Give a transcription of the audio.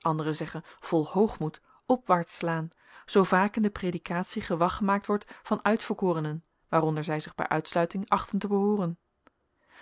anderen zeggen vol hoogmoed opwaarts slaan zoo vaak in de predikatie gewag gemaakt wordt van uitverkorenen waaronder zij zich bij uitsluiting achten te behooren